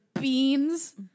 beans